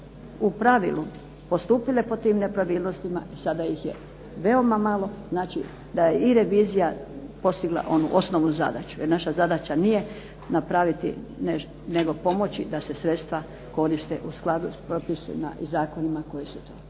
u pravilu postupile po tim nepravilnostima i sada ih je veoma malo, znači da je i revizija postigla onu osnovnu zadaću. Jer naša zadaća nije napraviti nego pomoći da se sredstva koriste u skladu s propisima i zakonima koji su tu.